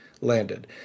landed